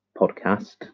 podcast